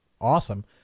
awesome